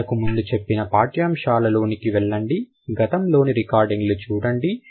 ఇంతకు ముందు చెప్పిన పాఠ్యాంశాల లోనికి వెళ్లండి గతంలోని రికార్డింగ్ లు చూడండి